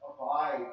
abide